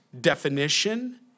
definition